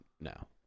No